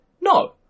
No